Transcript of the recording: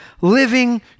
living